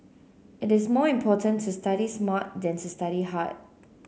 it is more important to study smart than to study hard